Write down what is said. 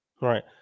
Right